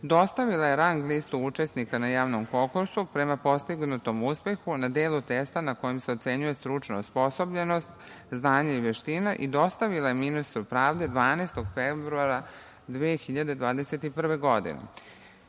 dostavila je rang listu učesnika na javnom konkursu prema postignutom uspehu na delu testa na kojem se ocenjuje stručna osposobljenost, znanje i veština i dostavila je ministru pravde 12. februara 2021. godine.